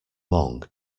long